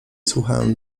słuchałem